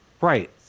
Right